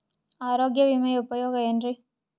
ಆರೋಗ್ಯ ವಿಮೆಯ ಉಪಯೋಗ ಏನ್ರೀ?